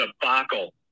debacle